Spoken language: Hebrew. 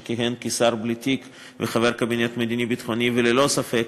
שכיהן כשר בלי תיק וחבר קבינט מדיני-ביטחוני וללא ספק